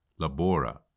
labora